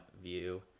view